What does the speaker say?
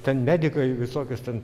ten medikai visokius ten